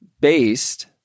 based